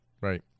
right